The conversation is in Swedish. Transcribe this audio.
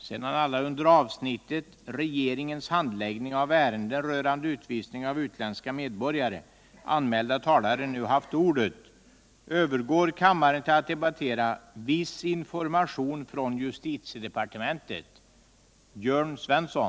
Sedan alla under avsnittet Granskningsarbetets omfattning och inriktning, m.m. anmälda talare nu haft ordet övergår kammaren till att debattera Interpellationer och frågor.